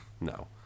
no